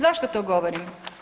Zašto to govorim?